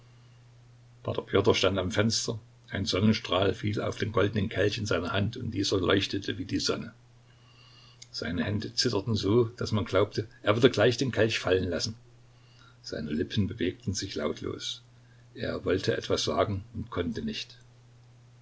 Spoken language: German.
p pjotr stand am fenster ein sonnenstrahl fiel auf den goldenen kelch in seiner hand und dieser leuchtete wie die sonne seine hände zitterten so daß man glaubte er würde gleich den kelch fallen lassen seine lippen bewegten sich lautlos er wollte etwas sagen und konnte nicht